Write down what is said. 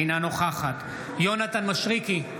אינה נוכחת יונתן מישרקי,